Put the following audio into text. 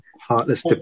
Heartless